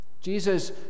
Jesus